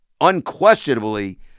unquestionably